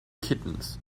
kittens